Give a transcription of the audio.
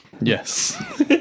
Yes